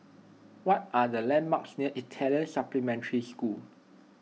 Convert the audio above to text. what are the landmarks near Italian Supplementary School